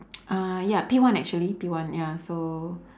uh ya P one actually P one ya so